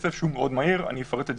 אגיע לזה